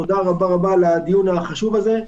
תודה רבה על הדיון החשוב הזה.